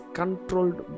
controlled